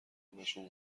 همهشون